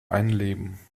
einleben